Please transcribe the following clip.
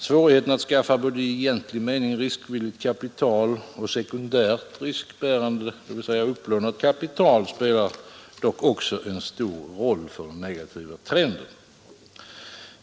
Svårigheten att skaffa både i egentlig mening riskvilligt kapital och sekundärt riskbärande, dvs. upplånat kapital, spelar dock också en stor roll för den negativa trenden.